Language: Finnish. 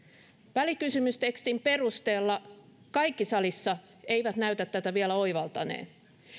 välikysymystekstin perusteella kaikki salissa eivät näytä tätä vielä oivaltaneen